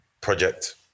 project